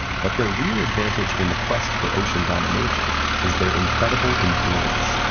but their real advantage in the quest for ocean domination is their incredible endurance,